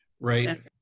right